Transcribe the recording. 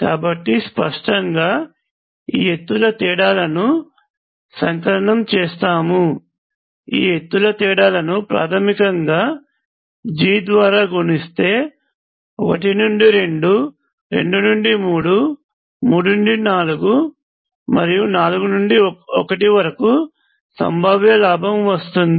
కాబట్టి స్పష్టంగా ఈ ఎత్తుల తేడాలను సంకలనం చేస్తాము ఈ ఎత్తుల తేడాలను ప్రాథమికంగా g ద్వారా గుణిస్తే 1 నుండి 2 2 నుండి 3 3 నుండి 4 మరియు 4 నుండి 1 వరకు సంభావ్య లాభం వస్తుంది